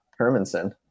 Hermanson